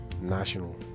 National